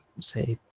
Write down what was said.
say